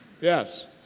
Yes